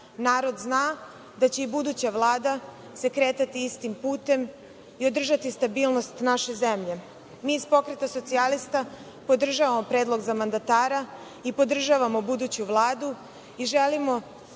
Narod zna da će i buduća Vlada se kretati istim putem i održati stabilnost naše zemlje. Mi iz Pokreta socijalista podržavamo predlog za mandatara i podržavamo buduću Vladu i želimo